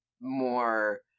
more